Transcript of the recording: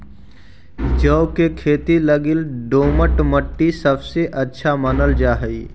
जौ के खेती लगी दोमट मट्टी सबसे अच्छा मानल जा हई